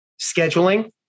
scheduling